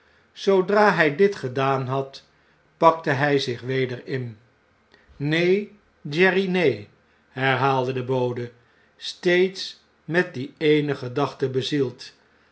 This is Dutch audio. zoodra hjj dit gedaan had pakte hij zich weder in neen jerry neen herhaalde de bode steeds met die eene gedachte bezield